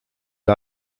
się